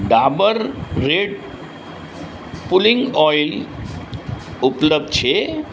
Dabur red pulling oil ઉપલબ્ધ છે